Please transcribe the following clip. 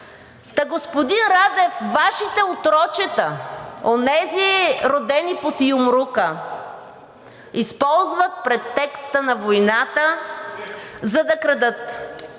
Та, господин Радев, Вашите отрочета – онези, родени под юмрука, използват претекста на войната, за да крадат.